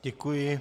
Děkuji.